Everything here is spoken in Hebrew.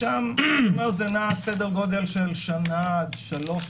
שם זה סדר גודל של שנה עד שלוש שנים,